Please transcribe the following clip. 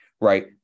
Right